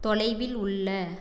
தொலைவில் உள்ள